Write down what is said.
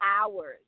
hours